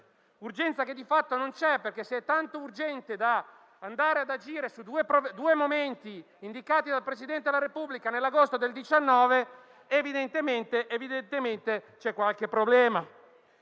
un'urgenza che di fatto, però, non c'è, perché, se è tanto urgente da andare ad agire su due momenti indicati dal Presidente della Repubblica nell'agosto 2019, evidentemente c'è qualche problema.